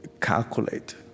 calculate